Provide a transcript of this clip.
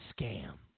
scam